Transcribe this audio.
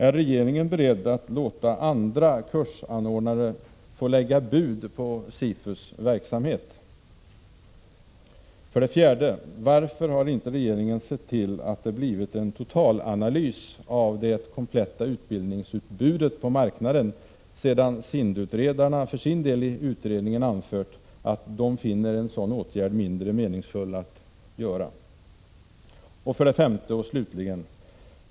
Är regeringen beredd att låta andra kursanordnare få lägga ett bud på SIFU:s verksamhet? 4. Varför har inte regeringen sett till att det blivit en totalanalys av det kompletta utbildningsutbudet på marknaden, sedan SIND-utredarna för sin del i utredningen anfört att de finner en sådan åtgärd mindre meningsfull? 5.